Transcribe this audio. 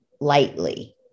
lightly